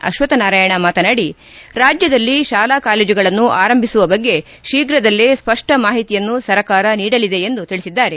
ಅಶ್ವತ್ವನಾರಾಯಣ ಮಾತನಾಡಿ ರಾಜ್ಯದಲ್ಲಿ ಶಾಲಾ ಕಾಲೇಜುಗಳನ್ನು ಆರಂಭಿಸುವ ಬಗ್ಗೆ ಶೀಘದಲ್ಲೇ ಸ್ವಷ್ಷ ಮಾಹಿತಿಯನ್ನು ಸರಕಾರ ನೀಡಲಿದೆ ಎಂದು ತಿಳಿಸಿದ್ದಾರೆ